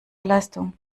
leistung